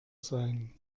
sein